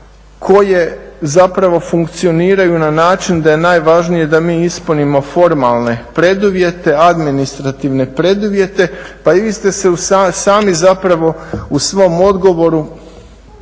koje zapravo funkcioniraju na način da je najvažnije da mi ispunimo formalne preduvjete, administrativne preduvjete. Pa i vi ste se sami zapravo u svom odgovoru